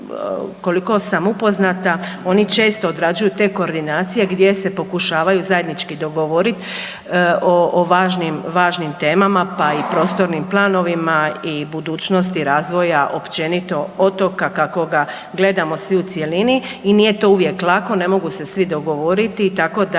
koliko sam upoznata oni često odrađuju te koordinacije gdje se pokušavaju zajednički dogovoriti o važnim temama pa i prostornim planovima i budućnosti razvoja općenito otoka kako ga gledamo svi u cjelini. I nije to uvijek lako, ne mogu se svi dogovoriti. Tako da